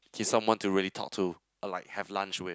he's someone to really talk to or like have lunch with